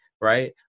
right